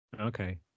Okay